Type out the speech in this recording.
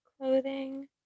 clothing